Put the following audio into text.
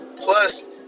Plus